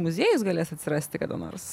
muziejus galės atsirasti kada nors